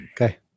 Okay